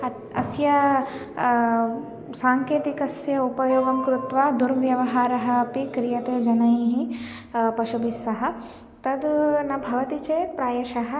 अत् अस्य साङ्केतिकस्य उपयोगं कृत्वा दुर्व्यवहारः अपि क्रियते जनैः पशुभिस्सह तद् न भवति चेत् प्रायशः